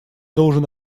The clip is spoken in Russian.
должен